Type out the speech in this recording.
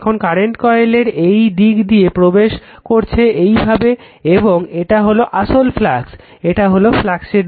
এখন কারেন্ট কয়েলের এই দিক দিয়ে প্রবেশ করছে এইভাবে এবং এটা হলো আসল ফ্লাক্স এটা হলো ফ্লাক্সের দিক